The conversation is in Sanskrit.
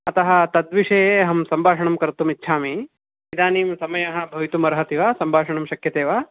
अतः तद्विषये अहं सम्भाषणं कर्तुमिच्छामि इदानीं समयः भवितुमर्हति वा सम्भाषणं शक्यते वा